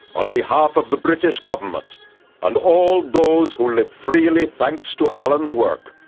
on behalf of the british government and all those who live freely thanks to alan's work,